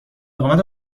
اقامت